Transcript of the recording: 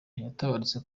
yaratabarutse